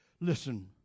listen